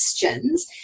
questions